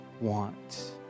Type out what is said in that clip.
want